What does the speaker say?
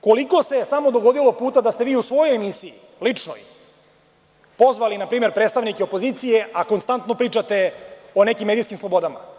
Koliko se samo dogodilo puta da ste vi u svojoj emisiji, ličnoj, pozvali na primer predstavnike opozicije, a konstantno pričate o nekim medijskim slobodama?